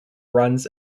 runs